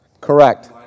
Correct